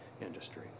industry